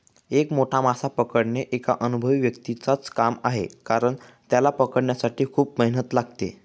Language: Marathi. एक मोठा मासा पकडणे एका अनुभवी व्यक्तीच च काम आहे कारण, त्याला पकडण्यासाठी खूप मेहनत लागते